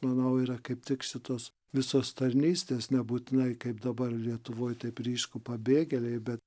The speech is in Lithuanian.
manau yra kaip tik šitos visos tarnystės nebūtinai kaip dabar lietuvoj taip ryšku pabėgėliai bet